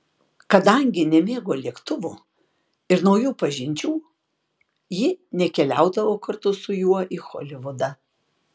kadangi nemėgo lėktuvų ir naujų pažinčių ji nekeliaudavo kartu su juo į holivudą